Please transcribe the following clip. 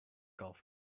golf